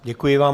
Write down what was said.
Děkuji vám.